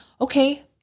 okay